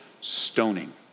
stoning